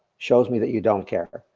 shows me that you don't care,